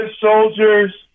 soldiers